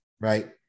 right